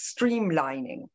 streamlining